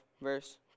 verse